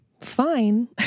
Fine